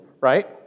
right